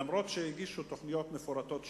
אף-על-פי שהגישו תוכניות מפורטות שונות,